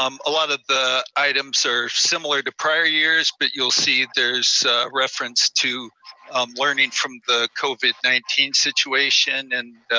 um a lot of the items are similar to prior years, but you'll see there's reference to um learning from the covid nineteen situation, and